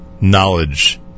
knowledge